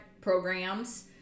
programs